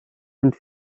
sind